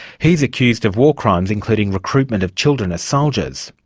he's accused of war crimes, including recruitment of children as soldiers.